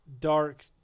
dark